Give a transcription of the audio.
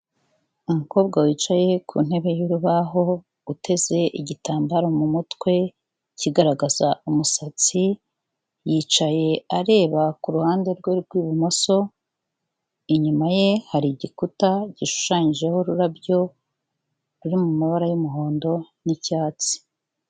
Umukobwa wicaye ku ntebe y'urubaho, uteze igitambaro mu mutwe kigaragaza umusatsi, yicaye areba ku ruhande rwe rw'ibumoso, inyuma ye hari igikuta gishushanyijeho ururabyo, ruri mu mabara y'umuhondo n'icyatsi.